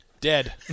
Dead